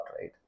right